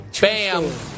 Bam